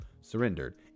surrendered